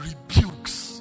rebukes